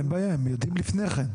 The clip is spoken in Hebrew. אין בעיה, הם יודעים לפני כן.